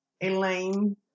Elaine